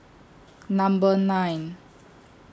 Number nine